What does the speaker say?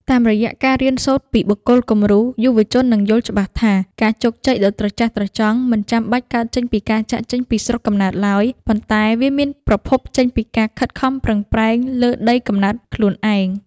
តាមរយៈការរៀនសូត្រពីបុគ្គលគំរូ យុវជននឹងយល់ច្បាស់ថា ការជោគជ័យដ៏ត្រចះត្រចង់មិនចាំបាច់កើតចេញពីការចាកចេញពីស្រុកកំណើតឡើយ ប៉ុន្តែវាមានប្រភពចេញពីការខិតខំប្រឹងប្រែងលើដីកំណើតខ្លួនឯង។